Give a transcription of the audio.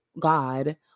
God